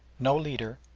no leaders,